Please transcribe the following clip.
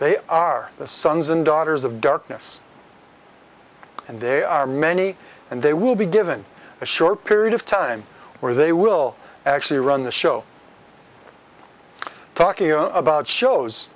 they are the sons and daughters of darkness and they are many and they will be given a short period of time where they will actually run the show talking about shows